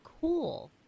cool